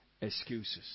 excuses